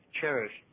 cherished